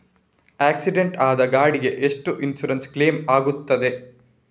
Accident ಆದ ಗಾಡಿಗೆ ಎಷ್ಟು ಇನ್ಸೂರೆನ್ಸ್ ಕ್ಲೇಮ್ ಆಗ್ತದೆ?